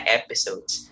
episodes